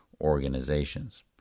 organizations